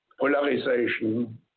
Polarization